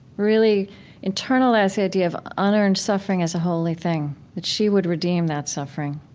really internalized the idea of unearned suffering as a holy thing, that she would redeem that suffering